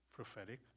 Prophetic